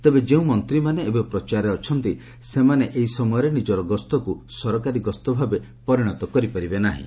ତେବେ ଯେଉଁ ମନ୍ତ୍ରୀମାନେ ଏବେ ପ୍ରଚାରରେ ଅଛନ୍ତି ସେମାନେ ଏହି ସମୟରେ ନିଜର ଗସ୍ତକୁ ସରକାରୀ ଗସ୍ତ ଭାବେ ପରିଣତ କରିପାରିବେ ନାହିଁ